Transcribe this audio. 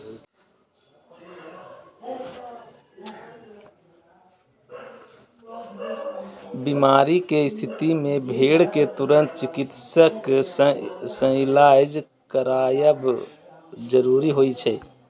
बीमारी के स्थिति मे भेड़ कें तुरंत चिकित्सक सं इलाज करायब जरूरी होइ छै